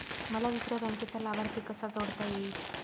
मला दुसऱ्या बँकेचा लाभार्थी कसा जोडता येईल?